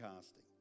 casting